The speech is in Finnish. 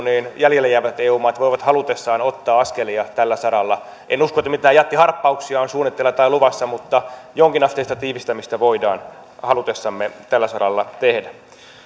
niin jäljelle jäävät eu maat voivat halutessaan ottaa askelia tällä saralla en usko että mitään jättiharppauksia on suunnitteilla tai luvassa mutta jonkinasteista tiivistämistä voidaan halutessamme tällä saralla tehdä